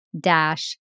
dash